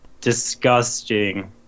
Disgusting